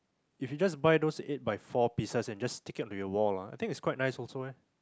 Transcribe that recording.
if you just buy those eight by four pieces and just stick it onto your wall ah I think it's quite nice also ah